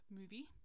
movie